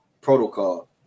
protocol